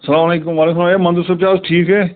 سلام علیکُم وعلیکُم سلام ہے مَنظور صٲب چھا حظ ٹھیٖک ہے